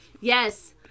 Yes